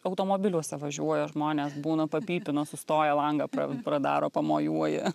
automobiliuose važiuoja žmonės būna papypina sustoja langą pra pradaro pamojuoja